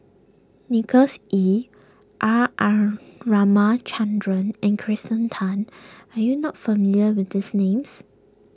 Nicholas Ee R R Ramachandran and Kirsten Tan are you not familiar with these names